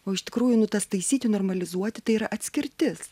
o iš tikrųjų nu tas taisyti normalizuoti tai yra atskirtis